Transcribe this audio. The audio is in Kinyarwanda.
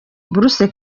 buruse